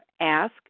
ask